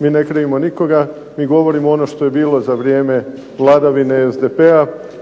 Mi ne krivimo nikoga, mi govorimo ono što je bilo za vrijeme vladavine SDP-a,